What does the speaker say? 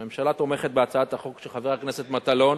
הממשלה תומכת בהצעת החוק של חבר הכנסת מטלון,